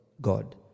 God